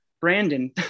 Brandon